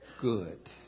good